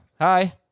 Hi